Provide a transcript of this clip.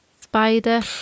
spider